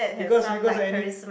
because because any